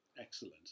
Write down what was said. excellent